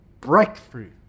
breakthrough